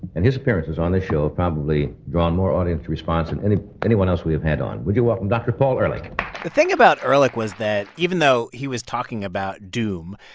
and his appearances on this show have probably drawn more audience response and and than anyone else we have had on. would you welcome dr. paul ehrlich? the thing about ehrlich was that, even though he was talking about doom,